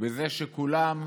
ובזה שכולם,